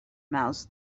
mouths